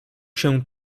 się